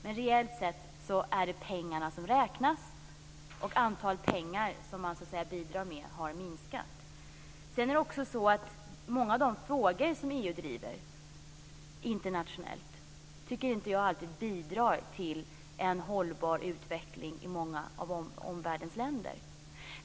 Men reellt sett är det pengarna som räknas, och antalet pengar man bidrar med har minskat. Många av de frågor som EU driver internationellt tycker inte jag alltid bidrar till en hållbar utveckling i många av omvärldens länder.